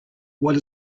what